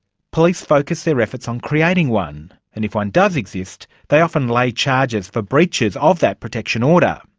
police focus their efforts on creating one, and if one does exist, they often lay charges for breaches of that protection order.